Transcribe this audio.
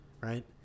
Right